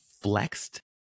flexed